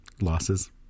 Losses